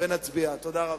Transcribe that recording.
תודה רבה.